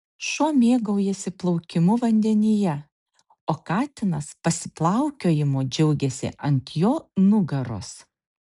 šuo mėgaujasi plaukimu vandenyje o katinas pasiplaukiojimu džiaugiasi ant jo nugaros